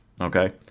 okay